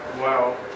Wow